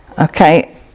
Okay